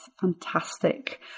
fantastic